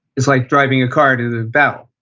it's like driving a car to the battle.